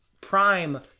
prime